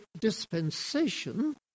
dispensation